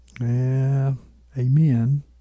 Amen